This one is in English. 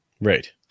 Right